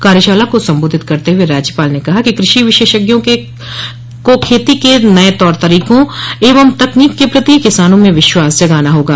कार्याशाला को सम्बोधित करते हुए राज्यपाल ने कहा कि कृषि विशेषज्ञों को खेती के नए तौर तरीकों एवं तकनीक के प्रति किसानों में विश्वास जगाना होगा